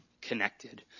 connected